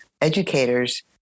educators